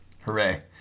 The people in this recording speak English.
Hooray